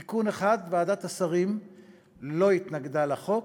תיקון אחד, ועדת השרים לא התנגדה לחוק.